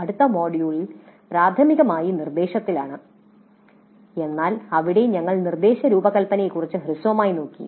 അടുത്ത മൊഡ്യൂൾ പ്രാഥമികമായി നിർദ്ദേശത്തിലാണ് എന്നാൽ ഇവിടെ ഞങ്ങൾ നിർദ്ദേശ രൂപകൽപ്പനയെക്കുറിച്ച് ഹ്രസ്വമായി നോക്കി